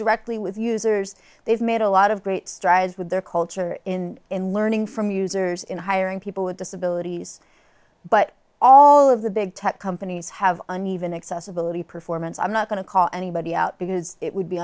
directly with users they've made a lot of great strides with their culture in in learning from users in hiring people with disabilities but all of the big tech companies have an even accessibility performance i'm not going to call anybody out because it would be